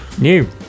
new